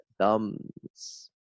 Thumbs